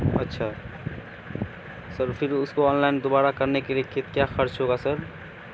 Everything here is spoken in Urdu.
اچھا سر پھر اس کو آن لائن دوبارہ کرنے کے لیے کت کیا خرچ ہوگا سر